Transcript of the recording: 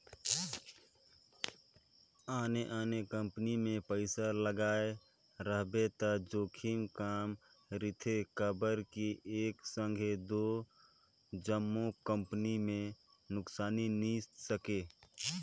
आने आने कंपनी मे पइसा लगाए रहिबे त जोखिम कम रिथे काबर कि एक संघे दो जम्मो कंपनी में नुकसानी नी सके